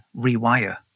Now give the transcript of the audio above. rewire